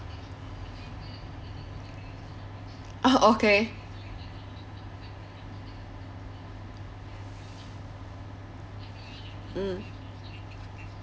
okay mm